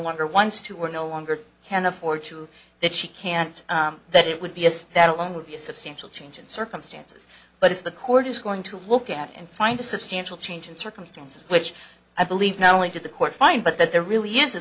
longer wants to we're no longer can afford to that she can't that it would be yes that alone would be a substantial change in circumstances but if the court is going to look at and find a substantial change in circumstances which i believe not only to the court fine but that there really is a